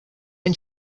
any